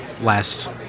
last